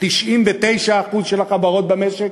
99% של החברות במשק